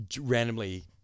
Randomly